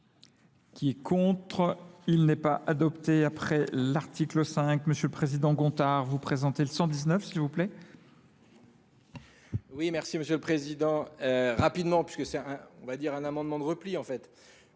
Qui est contre ? Il n'est pas adopté. Après l'article 5, Monsieur le Président Gontard, vous présentez le 119 s'il vous plaît. Oui, merci Monsieur le Président. Rapidement, puisque c'est, on va dire, un amendement de repli en fait,